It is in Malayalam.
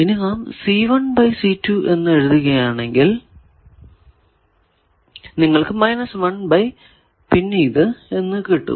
ഇനി നാം C1 C2 എന്ന് എഴുത്തുകയാണെങ്കിൽ നിങ്ങൾക്കു 1 ബൈ പിന്നെ ഇത് എന്ന് കിട്ടും